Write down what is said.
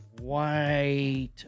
white